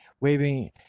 waving